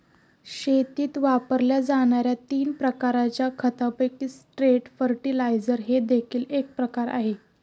शेतीत वापरल्या जाणार्या तीन प्रकारच्या खतांपैकी स्ट्रेट फर्टिलाइजर हे देखील एक प्रकार आहे